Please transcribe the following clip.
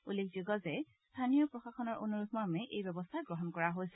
উল্লেখযোগ্য স্থানীয় প্ৰশাসনৰ অনুৰোধ মৰ্মে এই ব্যৱস্থা গ্ৰহণ কৰা হৈছে